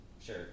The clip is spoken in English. sure